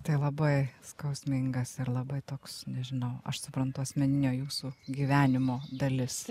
tai labai skausmingas ir labai toks nežinau aš suprantu asmeninio jūsų gyvenimo dalis